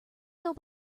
know